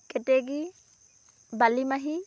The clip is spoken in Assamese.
কেতেকী বালিমাহী